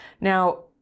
now